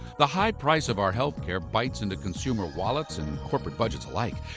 the high price of our health care bites into consumer wallets and corporate budgets alike.